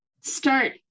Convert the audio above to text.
start